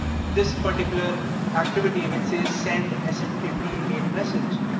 this particular activity which says send smtp mail message,